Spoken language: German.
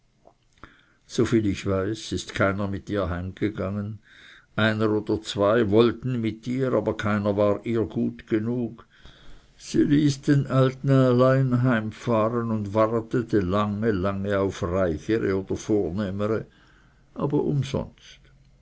soviel ich weiß ist keiner mit ihr heimgegangen einer oder zwei wollten mit ihr aber keiner war ihr gut genug sie ließ den alten allein heimfahren und wartete lange lange auf reichere oder vornehmere aber umsonst